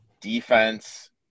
Defense